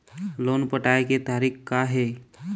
Loan पटाए के तारीख़ का हे?